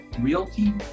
Realty